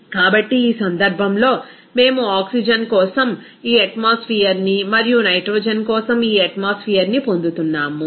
కాబట్టి ఈ సందర్భంలో మేము ఆక్సిజన్ కోసం ఈ అట్మాస్ఫియర్ ని మరియు నైట్రోజన్ కోసం ఈ అట్మాస్ఫియర్ ని పొందుతున్నాము